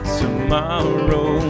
tomorrow